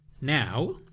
Now